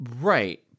Right